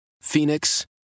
Phoenix